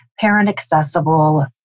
parent-accessible